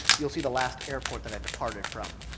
you'll see the last airport that i departed from.